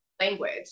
language